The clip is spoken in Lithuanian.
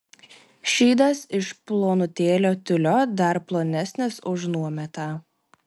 šydas iš plonutėlio tiulio dar plonesnis už nuometą